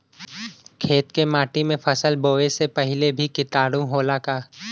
खेत के माटी मे फसल बोवे से पहिले भी किटाणु होला का?